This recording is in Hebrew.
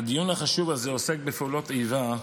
הדיון החשוב הזה עוסק בפעולות איבה,